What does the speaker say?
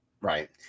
Right